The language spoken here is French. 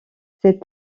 cette